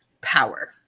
power